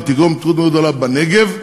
ותגרום להתפתחות מאוד גדולה בנגב.